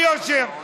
אתה לא מבין.